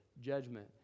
judgment